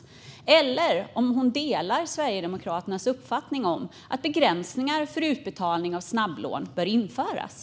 Jag vill också fråga om hon delar Sverigedemokraternas uppfattning att begränsningar för utbetalning av snabblån bör införas.